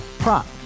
Prop